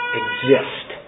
exist